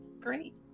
Great